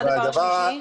מה הדבר השלישי?